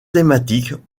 thématiques